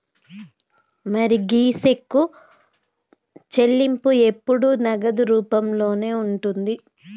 మరి గీ సెక్కు చెల్లింపు ఎప్పుడు నగదు రూపంలోనే ఉంటుంది